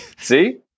See